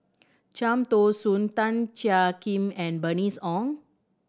Cham Tao Soon Tan Jiak Kim and Bernice Ong